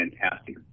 fantastic